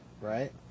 Right